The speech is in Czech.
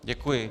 Děkuji.